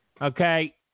Okay